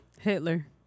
Hitler